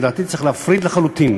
לדעתי, צריך להפריד לחלוטין